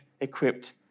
equipped